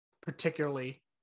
particularly